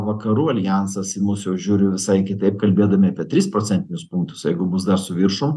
vakarų aljansas į mus jau žiūri jau visai kitaip kalbėdami apie tris procentinius punktus jeigu bus dar su viršum